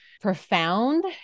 profound